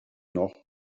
noch